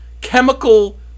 chemical